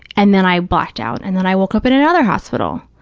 and then i blacked out. and then i woke up in another hospital.